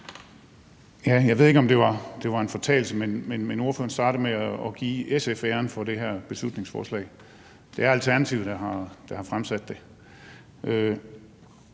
Jeg ved ikke, om det var en fortalelse, men ordføreren startede med at give SF æren for det her beslutningsforslag. Det er Alternativet, der har fremsat det.